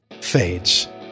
fades